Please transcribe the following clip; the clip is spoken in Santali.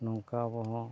ᱱᱚᱝᱠᱟ ᱟᱵᱚ ᱦᱚᱸ